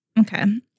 Okay